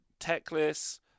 techless